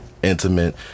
intimate